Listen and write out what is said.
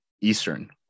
Eastern